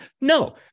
No